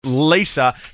Lisa